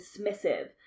dismissive